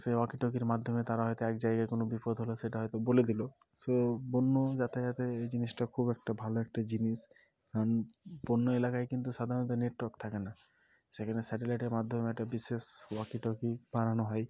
সেই ওয়াকি টকির মাধ্যমে তারা হয়তো এক জায়গায় কোনো বিপদ হলো সেটা হয়তো বলে দিল সো বন্য যাতায়াতে এই জিনিসটা খুব একটা ভালো একটা জিনিস কারণ বন্য এলাকায় কিন্তু সাধারণত নেটওয়ার্ক থাকে না সেখানে স্যাটেলাইটের মাধ্যমে একটা বিশেষ ওয়াকি টকি বানানো হয়